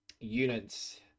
units